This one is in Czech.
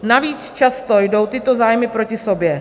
Navíc často jdou tyto zájmy proti sobě.